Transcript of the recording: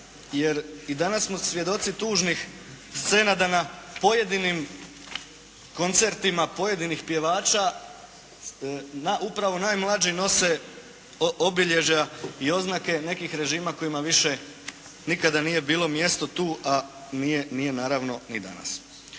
jer i danas smo svjedoci tužnih scena prema pojedinim, koncertima pojedinih pjevača na, upravo najmlađi nose obilježja i oznake nekih režima kojima više nikada nije bilo mjesto tu, a nije naravno ni danas.